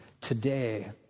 today